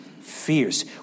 fierce